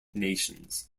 nations